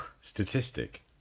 Statistic